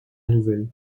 nouvelle